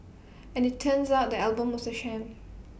as IT turns out the album was A sham